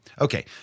Okay